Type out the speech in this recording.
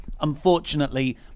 Unfortunately